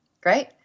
Great